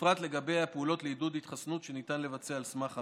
ובפרט לגבי הפעולות לעידוד התחסנות שניתן לבצע על סמך המידע.